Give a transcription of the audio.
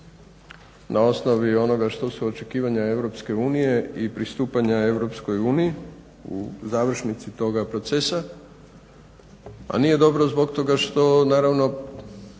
na osnovi onoga što su očekivanja EU i pristupanja EU u završnici toga procesa. A nije dobro zbog toga što naravno